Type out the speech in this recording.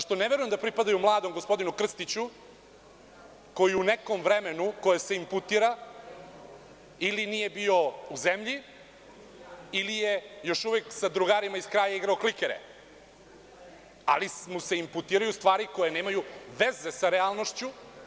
Zato što ne verujem da pripadaju mladom gospodinu Krstiću, koji u nekom vremenu, koje se inputira, ili nije bio u zemlji ili je još uvek sa drugarima iz kraja igrao klikere, ali mu se imputiraju stvari koje nemaju veze sa realnošću.